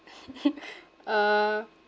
uh